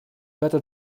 better